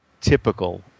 typical